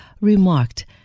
remarked